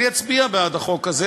אני אצביע בעד החוק הזה,